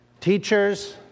Teachers